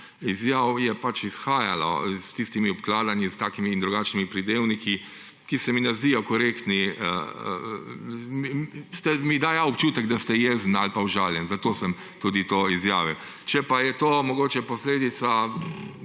izjav je pač izhajalo, s tistimi obkladanji s takimi in drugačnimi pridevniki, ki se mi ne zdijo korektni. Ste mi dajali občutek, da ste jezni ali pa užaljeni, zato sem tudi to izjavil. Če pa je to mogoče posledica,